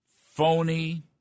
phony